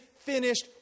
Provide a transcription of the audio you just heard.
Finished